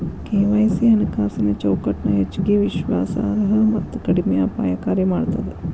KYC ಹಣಕಾಸಿನ್ ಚೌಕಟ್ಟನ ಹೆಚ್ಚಗಿ ವಿಶ್ವಾಸಾರ್ಹ ಮತ್ತ ಕಡಿಮೆ ಅಪಾಯಕಾರಿ ಮಾಡ್ತದ